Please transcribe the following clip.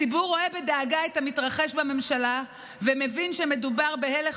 הציבור רואה בדאגה את המתרחש בממשלה ומבין שמדובר בהלך